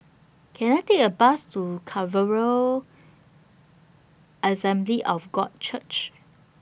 Can I Take A Bus to Assembly of God Church